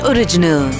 Original